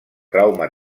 trauma